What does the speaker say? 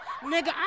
Nigga